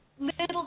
Little